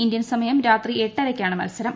Indian സമയം രാത്രി എട്ടരയ്ക്കാണ് മത്സരം